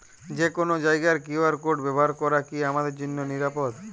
যে কোনো জায়গার কিউ.আর কোড ব্যবহার করা কি আমার জন্য নিরাপদ?